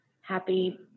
happy